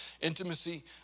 intimacy